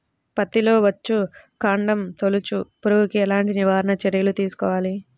పత్తిలో వచ్చుకాండం తొలుచు పురుగుకి ఎలాంటి నివారణ చర్యలు తీసుకోవాలి?